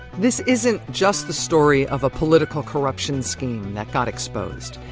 this isn't just the story of a political corruption scheme that got exposed,